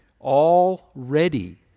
already